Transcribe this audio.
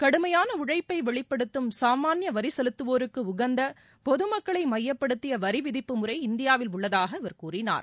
கடுமையான உழைப்பை வெளிப்படுத்தும் சாமானிய வரி செலுத்துவோருக்கு உகந்த பொதுமக்களை மையப்படுத்திய வரி விதிப்பு முறை இந்தியாவில் உள்ளதாக அவர் கூறினார்